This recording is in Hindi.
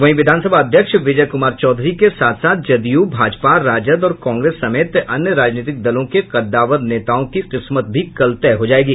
वहीं विधानसभा अध्यक्ष विजय कुमार चौधरी के साथ साथ जदयू भाजपा राजद और कांग्रेस समेत अन्य राजनीतिक दलों के कद्दावर नेताओं की किस्मत भी कल तय हो जायेगी